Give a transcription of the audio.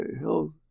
health